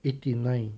eighty nine